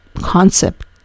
concept